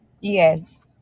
yes